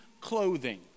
clothing